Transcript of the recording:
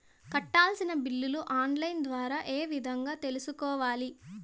కట్టాల్సిన బిల్లులు online ద్వారా ఏ విధంగా తెలుసుకోవాలి?